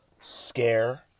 scare